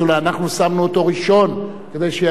אנחנו שמנו אותו ראשון כדי שיגיע,